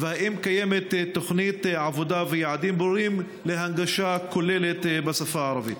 3. האם קיימת תוכנית עבודה ויעדים ברורים להנגשה כוללת בשפה הערבית?